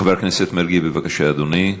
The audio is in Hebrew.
חבר הכנסת מרגי, בבקשה, אדוני.